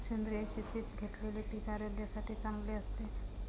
सेंद्रिय शेतीत घेतलेले पीक आरोग्यासाठी चांगले असते